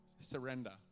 surrender